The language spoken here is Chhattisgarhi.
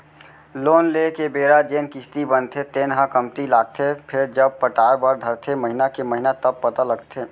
लोन लेए के बेरा जेन किस्ती बनथे तेन ह कमती लागथे फेरजब पटाय बर धरथे महिना के महिना तब पता लगथे